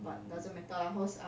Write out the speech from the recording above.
mm